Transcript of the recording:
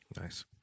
Nice